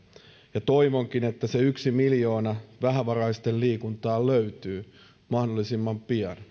ja toivonkin että se yhtenä miljoona vähävaraisten liikuntaan löytyy mahdollisimman pian